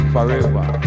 Forever